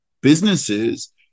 businesses